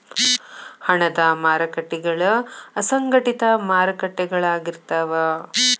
ಹಣದ ಮಾರಕಟ್ಟಿಗಳ ಅಸಂಘಟಿತ ಮಾರಕಟ್ಟಿಗಳಾಗಿರ್ತಾವ